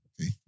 Okay